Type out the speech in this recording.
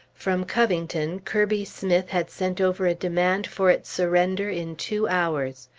from covington, kirby smith had sent over a demand for its surrender in two hours.